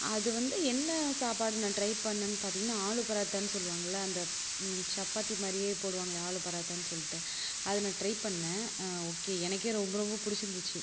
அது வந்து என்ன சாப்பாடு நான் ட்ரை பண்ணேன்னு பார்த்தீங்கன்னா ஆலு பராத்தான்னு சொல்லுவாங்கல்ல அந்த சப்பாத்தி மாதிரியே போடுவாங்களே ஆலு பராத்தான்னு சொல்லிட்டு அதை நான் ட்ரை பண்ணேன் ஓகே எனக்கே ரொம்ப ரொம்ப பிடிச்சிருந்துச்சு